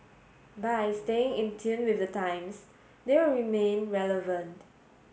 by staying in tune with the times they will remain relevant